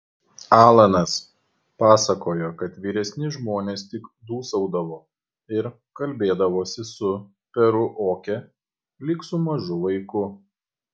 alanas pasakojo kad vyresni žmonės tik dūsaudavo ir kalbėdavosi su peru oke lyg su mažu vaiku